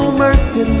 mercy